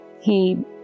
He